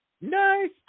Nice